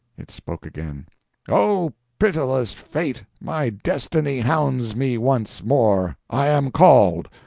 it spoke again oh pitiless fate, my destiny hounds me once more. i am called.